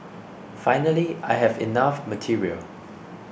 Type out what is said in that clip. finally I have enough material